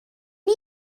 nid